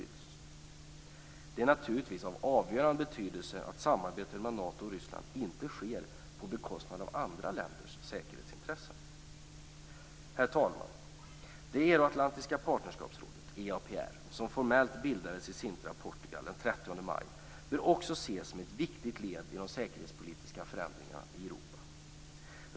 Det är naturligtvis av avgörande betydelse att samarbetet mellan Nato och Ryssland inte sker på bekostnad av andra länders säkerhetsintressen. Herr talman! Euroatlantiska partnerskapsrådet, 30 maj, bör också ses som ett viktigt led i de säkerhetspolitiska förändringarna i Europa.